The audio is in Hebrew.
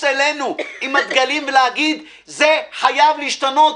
אלינו עם הדגלים ולהגיד: זה חייב להשתנות,